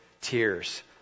tears